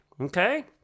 okay